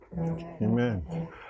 Amen